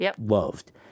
loved